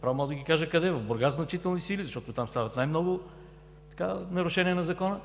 пренасочихме сили към морето, в Бургас –значителни сили, защото там стават най-много нарушения на закона.